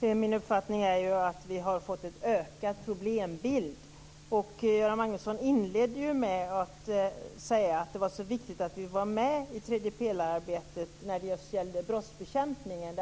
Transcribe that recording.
Min uppfattning är att vi har fått en ökad problembild. Göran Magnusson inledde med att säga att det var viktigt att vi var med i tredjepelararbetet när det just gällde brottsbekämpningen.